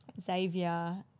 Xavier